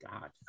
God